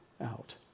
out